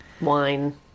wine